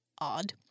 odd